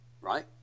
right